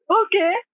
okay